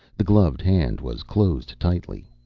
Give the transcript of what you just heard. the gloved hand was closed tightly.